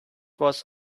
was